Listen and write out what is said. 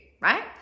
right